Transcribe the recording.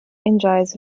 enjoys